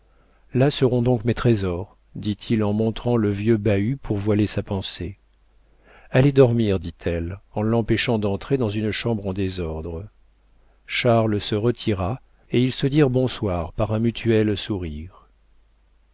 là seront donc mes trésors dit-il en montrant le vieux bahut pour voiler sa pensée allez dormir dit-elle en l'empêchant d'entrer dans une chambre en désordre charles se retira et ils se dirent bonsoir par un mutuel sourire